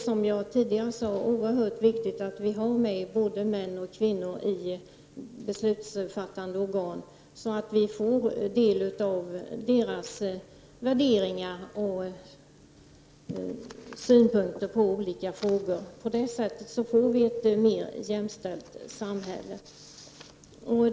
Som jag tidigare sade är det oerhört viktigt att både män och kvinnor deltar i de beslutsfattande organen, så att deras värderingar och synpunkter kommer till uttryck i olika frågor. På det sättet får vi ett mer jämställt samhälle.